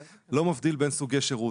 בין סוגי שירות.